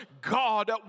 God